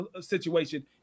situation